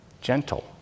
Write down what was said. gentle